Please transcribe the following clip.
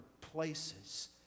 places